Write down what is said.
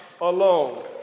alone